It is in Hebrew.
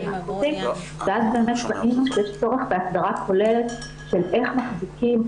האקוטיים ואז באמת ראינו שיש צורך בהסדרה כוללת של איך מחזיקים,